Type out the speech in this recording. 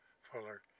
fuller